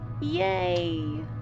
Yay